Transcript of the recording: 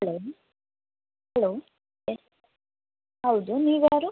hello hello yes ಹೌದು ನೀವ್ಯಾರು